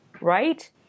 right